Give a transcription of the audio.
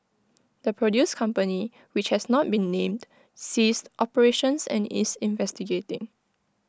the produce company which has not been named ceased operations and is investigating